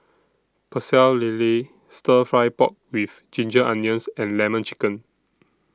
Pecel Lele Stir Fry Pork with Ginger Onions and Lemon Chicken